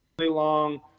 long